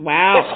Wow